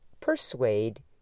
persuade